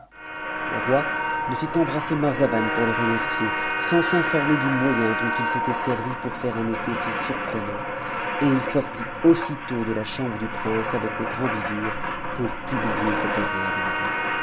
le roi ne fit qu'embrasser marzavan pour le remercier sans s'informer du moyen dont il s'était servi pour faire un effet si surprenant et il sortit aussitôt de la chambre du prince avec le grand vizir pour publier cette agréable nouvelle